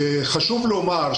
חשוב לומר,